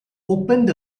opened